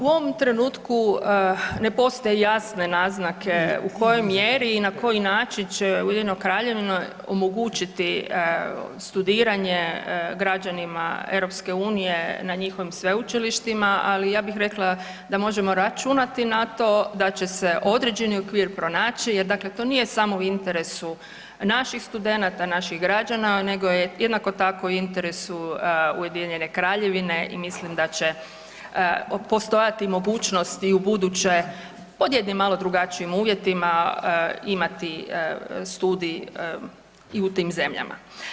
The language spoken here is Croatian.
U ovom trenutku ne postoje jasne naznake u kojoj mjeri i na koji način će UK omogućiti studiranje građanima EU na njihovim sveučilištima, ali ja bih rekla da možemo računati na to da će se određeni okvir pronaći jer dakle to nije samo u interesu naših studenata, naših građana, nego je jednako tako u interesu UK-a i mislim da će postojati mogućnost i ubuduće pod jednim malo drugačijim uvjetima imati studij i u tim zemljama.